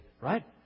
right